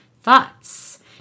thoughts